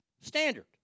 Standard